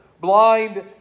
blind